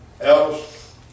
else